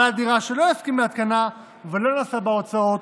בעל דירה שלא יסכים להתקנה ולא נשא בהוצאות,